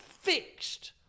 fixed